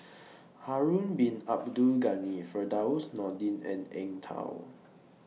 Harun Bin Abdul Ghani Firdaus Nordin and Eng Tow